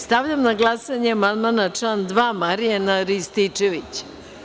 Stavljam na glasanje amandman na član 2. Marijana Rističevića.